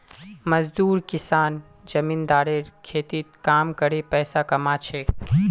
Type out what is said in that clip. मजदूर किसान जमींदारेर खेतत काम करे पैसा कमा छेक